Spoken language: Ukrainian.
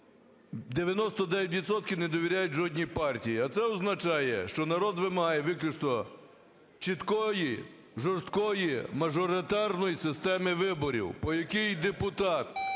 не довіряють жодній партії, а це означає, що народ вимагає виключно чіткої, жорсткої мажоритарної системи виборів, по якій депутат